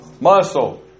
Muscle